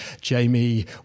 Jamie